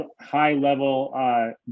high-level